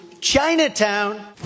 Chinatown